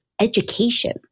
education